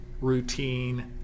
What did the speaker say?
routine